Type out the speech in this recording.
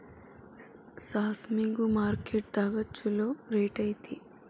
ಸಾಸ್ಮಿಗು ಮಾರ್ಕೆಟ್ ದಾಗ ಚುಲೋ ರೆಟ್ ಐತಿ